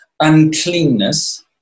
Uncleanness